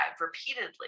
repeatedly